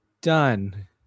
done